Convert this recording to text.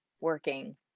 working